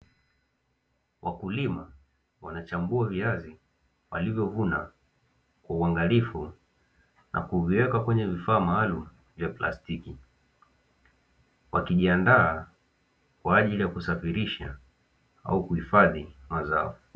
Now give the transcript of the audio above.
Wakulima wanachambua viazi walivyovuna kwa uangalifu na kuviweka kwenye vifaa maalumu vya plastiki, wakijiandaa kwa ajili ya kusafirisha au kuhifadhi mazao.